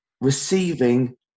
receiving